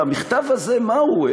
והמכתב הזה מהו?